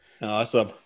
Awesome